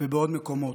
ובעוד מקומות.